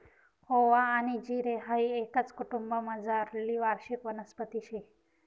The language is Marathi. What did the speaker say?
ओवा आनी जिरे हाई एकाच कुटुंबमझारली वार्षिक वनस्पती शे